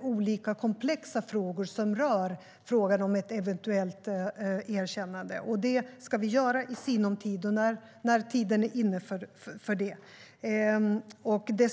olika komplexa frågor som rör ett eventuellt erkännande. Det ska vi göra i sinom tid, när tiden för det är inne.